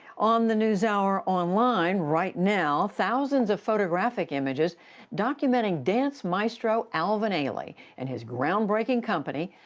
on the newshour online right now thousands of photographic images documenting dance maestro alvin ailey and his groundbreaking company,